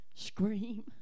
scream